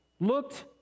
looked